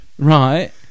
Right